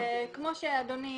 כמו שאדוני